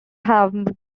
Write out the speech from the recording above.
have